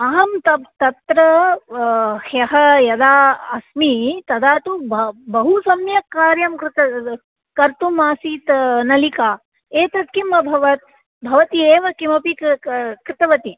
अहं त तत्र ह्यः यदा अस्मि तदा तु बह् बहु सम्यक् कार्यं कृत कर्तुमासीत् नलिका एतत् किम् अभवत् भवती एव किमपि क क कृतवती